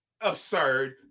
absurd